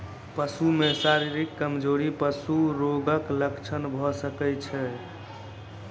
पशु में शारीरिक कमजोरी पशु रोगक लक्षण भ सकै छै